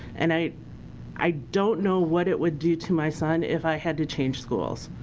and i i don't know what it would do to my son if i had to change schools.